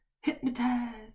hypnotized